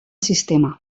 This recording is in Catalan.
sistema